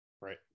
Right